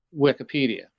Wikipedia